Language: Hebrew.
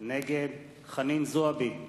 נגד חנין זועבי,